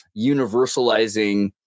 universalizing